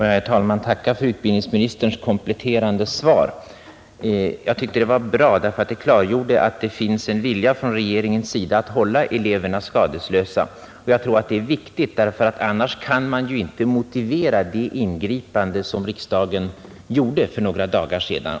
Herr talman! Jag tackar för utbildningsministerns kompletterande svar, Jag tyckte att det var bra, därför att det klargjorde att det finns en vilja från regeringens sida att hålla eleverna skadeslösa. Jag tror att detta är viktigt, ty annars kan man ju inte motivera det ingripande som riksdagen gjorde för några dagar sedan.